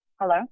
Hello